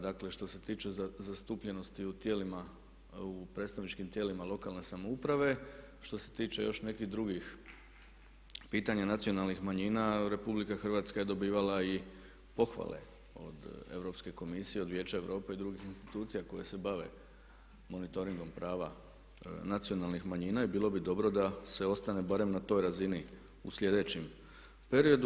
Dakle, što se tiče zastupljenosti u tijelima u predstavničkim tijelima lokalne samouprave, što se tiče još nekih drugih pitanja nacionalnih manjina, RH je dobivala i pohvale od Europske komisije, od Vijeća Europe i drugih institucija koje se bave monitoringom prava nacionalnih manjina i bilo bi dobro da se ostane barem na toj razini u sljedećem periodu.